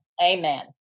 Amen